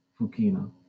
Fukino